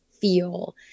feel